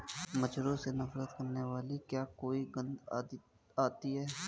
मच्छरों से नफरत करने वाली क्या कोई गंध आती है?